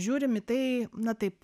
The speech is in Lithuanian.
žiūrim į tai na taip